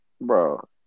Bro